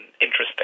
interesting